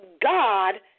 God